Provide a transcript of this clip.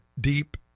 deep